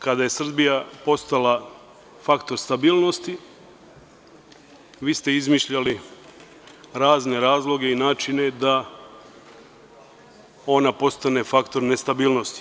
Kada je Srbija postala faktor stabilnosti, vi ste izmišljali razne razloge i načine da ona postane faktor nestabilnosti.